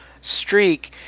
streak